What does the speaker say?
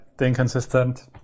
inconsistent